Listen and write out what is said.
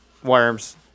Worms